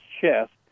chest